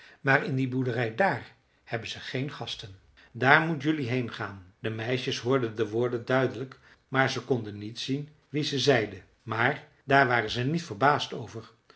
maar in die boerderij daar hebben ze geen gasten daar moet jelui heengaan de meisjes hoorden de woorden duidelijk maar ze konden niet zien wie ze zeide maar daar waren ze niet verbaasd over